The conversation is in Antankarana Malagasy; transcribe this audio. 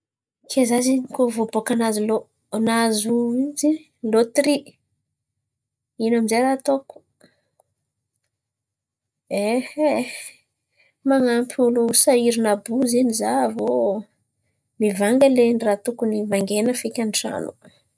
Ke za zen̈y koa vo boaka nahazo lô- nahazo ino izy in̈y? Lôtery. Ino aminjay raha atao? Man̈ampy olo sahiran̈a àby io zen̈y za aviô mivanga lainy raha tokony vangaina feky an-trano.